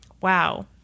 Wow